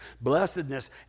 Blessedness